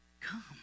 come